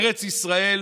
ארץ ישראל